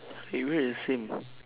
!hey! we are the same